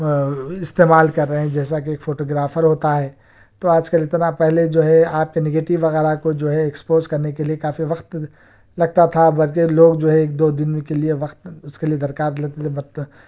استعمال کر رہے ہیں جیسا کہ ایک فوٹوگرافر ہوتا ہے تو آج کل اتنا پہلے جو ہے آپ کے نگیٹو وغیرہ کو جو ہے اکسپوز کرنے کے لئے کافی وقت لگتا تھا بلکہ لوگ جو ہے ایک دو دن کے لئے وقت اس کے لئے درکار لیتے تھے مطلب